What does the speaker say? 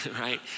right